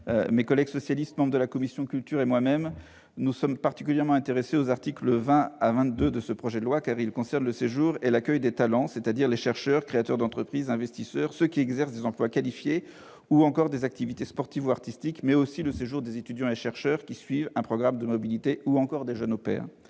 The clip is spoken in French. Mes collègues socialistes membres de la commission de la culture et moi-même nous sommes particulièrement intéressés aux articles 20 à 22 de ce projet de loi, car ils concernent le séjour et l'accueil des « talents », c'est-à-dire les chercheurs, créateurs d'entreprise, investisseurs, ceux qui exercent des emplois qualifiés ou des activités sportives ou artistiques, mais aussi le séjour des étudiants et chercheurs qui suivent un programme de mobilité, sans oublier des jeunes au pair.